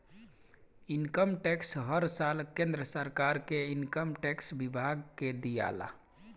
income tax हर साल केंद्र सरकार के इनकम टैक्स विभाग के दियाला